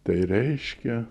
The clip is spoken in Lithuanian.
tai reiškia